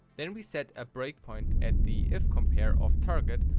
then we set a breakpoint at the if compare of target,